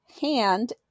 hand